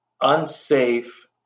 unsafe